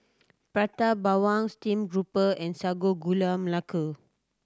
Prata Bawang steamed grouper and Sago Gula Melaka